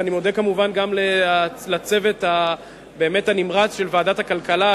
אני מודה כמובן גם לצוות הנמרץ של ועדת הכלכלה,